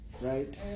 right